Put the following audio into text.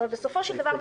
אבל בסופו של דבר,